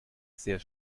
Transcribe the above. sehr